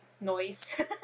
noise